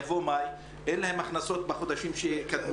יבוא מאי - אין להם הכנסות בחודשים שקדמו.